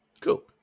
Cool